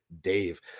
dave